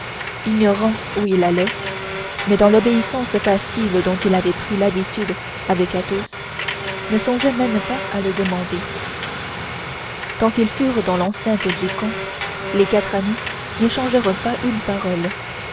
ignorant où il allait mais dans l'obéissance passive dont il avait pris l'habitude avec athos ne songeait pas même à le demander tant qu'ils furent dans l'enceinte du camp les quatre amis n'échangèrent pas une parole